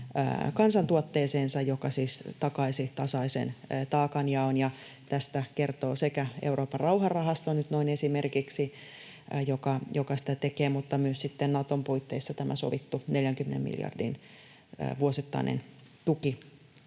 kansantuotteeseensa, mikä siis takaisi tasaisen taakanjaon. Tästä kertoo nyt noin esimerkiksi Euroopan rauhanrahasto, joka sitä tekee, mutta myös tämä Naton puitteissa sovittu 40 miljardin vuosittainen tuki